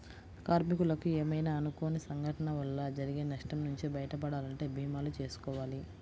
కార్మికులకు ఏమైనా అనుకోని సంఘటనల వల్ల జరిగే నష్టం నుంచి బయటపడాలంటే భీమాలు చేసుకోవాలి